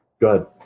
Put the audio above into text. good